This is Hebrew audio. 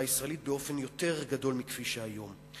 הישראלית באופן יותר גדול מכפי שיש היום.